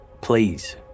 Please